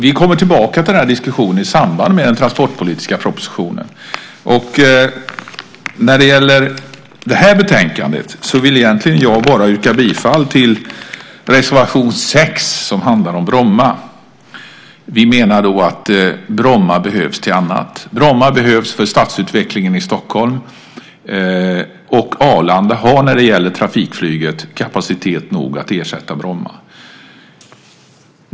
Vi kommer tillbaka till den diskussionen i samband med den transportpolitiska propositionen. I det här betänkandet vill jag bara yrka bifall till reservation 6 som handlar om Bromma. Vi menar att Bromma behövs till annat. Bromma behövs för stadsutvecklingen i Stockholm. Arlanda har kapacitet att ersätta Bromma när det gäller trafikflyget.